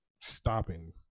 stopping